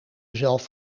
jezelf